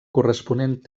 corresponent